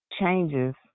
changes